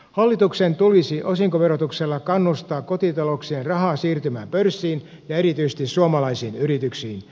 hallituksen tulisi osinkoverotuksella kannustaa kotitalouksien rahaa siirtymään pörssiin ja erityisesti suomalaisiin yrityksiin